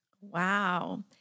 Wow